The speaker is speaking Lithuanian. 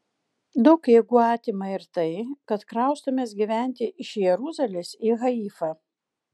daug jėgų atima ir tai kad kraustomės gyventi iš jeruzalės į haifą